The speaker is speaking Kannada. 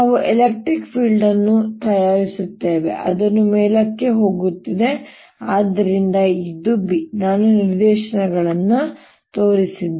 ನಾವು ಎಲೆಕ್ಟ್ರಿಕ್ ಫೀಲ್ಡ್ ಅನ್ನು ತಯಾರಿಸುತ್ತೇವೆ ಅದು ಮೇಲಕ್ಕೆ ಹೋಗುತ್ತಿದೆ ಆದ್ದರಿಂದ ಇದು B ನಾನು ನಿರ್ದೇಶನಗಳನ್ನು ತೋರಿಸಿದೆ